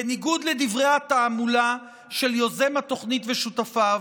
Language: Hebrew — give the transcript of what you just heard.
בניגוד לדברי התעמולה של יוזם התוכנית ושותפיו,